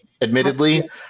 admittedly